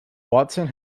watson